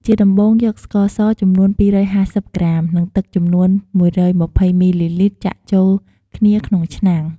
ជាដំបូងយកស្ករស ចំនួន២៥០ក្រាម និងទឹកចំនួន១២០មីលីលីត្រចាក់ចូលគ្នាក្នុងឆ្នាំង។